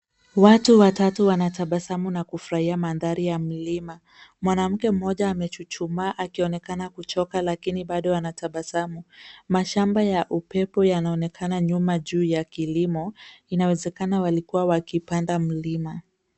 Watu watatu wanatabasamu na kufurahia mandhari ya mlima. Mwanamke mmoja amechuchumaa akionekana kuchoka lakini bado anatabasamu. Mashamba ya upepo yanaonekana nyuma juu kilimo. Inawezekana wamekuwa wakipanda mlima.